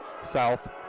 South